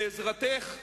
בעזרתך האדיבה.